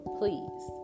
please